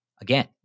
Again